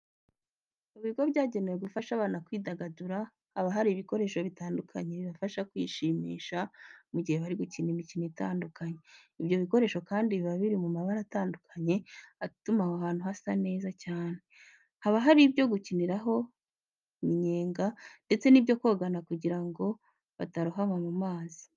Mu bigo byagenewe gufasha abana kwidagadura, haba hari ibikoresho bitandukanye bibafasha kwishimisha mu gihe bari gukina imikino itandukanye. Ibyo bikoresho kandi biba biri mu mabara atandukanye atuma aho hantu hasa neza cyane. Haba hari ibyo kuriraho iminyenga ndetse n'ibyo kogana kugira ngo batarohama mu mazi.